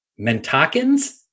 Mentakins